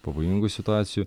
pavojingų situacijų